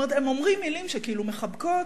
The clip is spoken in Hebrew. זאת אומרת, הם אומרים מלים שכאילו מחבקות,